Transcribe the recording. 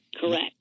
Correct